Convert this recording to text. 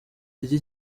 iki